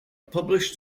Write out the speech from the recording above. published